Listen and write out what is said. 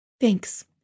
Thanks